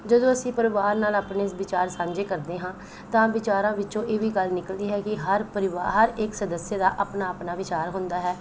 ਜਦੋਂ ਅਸੀਂ ਪਰਿਵਾਰ ਨਾਲ ਆਪਣੇ ਇਸ ਵਿਚਾਰ ਸਾਂਝੇ ਕਰਦੇ ਹਾਂ ਤਾਂ ਵਿਚਾਰਾਂ ਵਿੱਚੋਂ ਇਹ ਵੀ ਗੱਲ ਨਿਕਲਦੀ ਹੈ ਕਿ ਹਰ ਪਰਿਵਾਰ ਹਰ ਇਕ ਸਦੱਸਅ ਦਾ ਆਪਣਾ ਆਪਣਾ ਵਿਚਾਰ ਹੁੰਦਾ ਹੈ